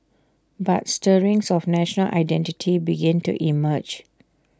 but stirrings of national identity began to emerge